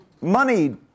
money